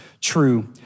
true